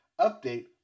update